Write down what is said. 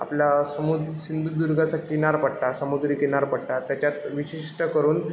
आपला समु सिंधुदुर्गाचा किनारपट्टा समुद्री किनारपट्टा त्याच्यात विशिष्ट करून